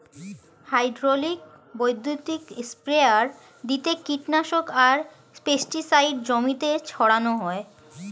hydraulic বৈদ্যুতিক sprayer দিয়ে কীটনাশক আর পেস্টিসাইড জমিতে ছড়ান হয়